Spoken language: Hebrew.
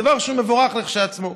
דבר שהוא מבורך לכשעצמו.